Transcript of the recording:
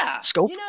scope